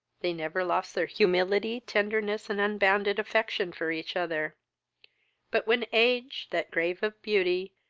they never lost their humility, tenderness, and unbounded affection for each other but when age, that grave of beauty,